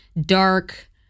dark